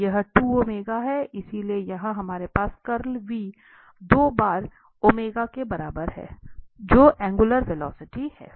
यह है इसलिए यहां हमारे पास कर्ल दो बार के बराबर है जो एंगुलर वेलॉसिटी है